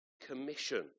Commission